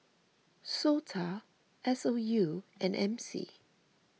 Sota S O U and M C